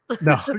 no